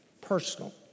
Personal